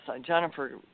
Jennifer